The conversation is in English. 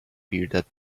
bearded